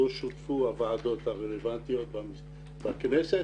לא שותפו הוועדות הרלוונטיות בכנסת.